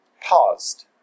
paused